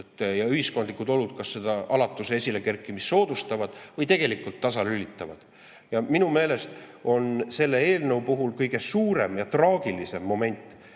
Ühiskondlikud olud seda alatuse esilekerkimist kas soodustavad või tasalülitavad. Minu meelest on selle eelnõu puhul kõige suurem ja traagilisem moment,